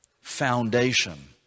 foundation